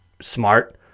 smart